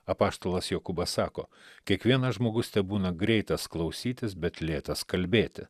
apaštalas jokūbas sako kiekvienas žmogus tebūna greitas klausytis bet lėtas kalbėti